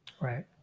Right